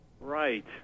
Right